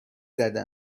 زده